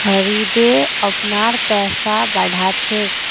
खरिदे अपनार पैसा बढ़ा छेक